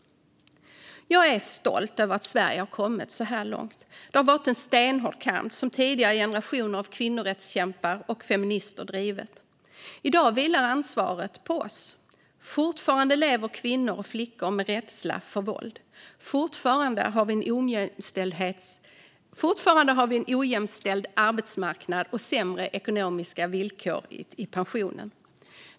Jag är stolt över att Sverige har kommit så här långt. Det har varit en stenhård kamp, som tidigare generationer av kvinnorättskämpar och feminister drivit. I dag vilar ansvaret på oss. Fortfarande lever kvinnor och flickor med rädsla för våld. Fortfarande har vi en ojämställd arbetsmarknad och sämre ekonomiska villkor i pensionen.